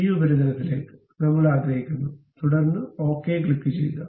ഈ ഉപരിതലത്തിലേക്ക് നമ്മൾ ആഗ്രഹിക്കുന്നു തുടർന്ന് ഓക്കേ ക്ലിക്കുചെയ്യുക